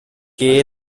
que